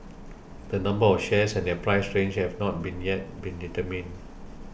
the number of shares and their price range have not been yet been determined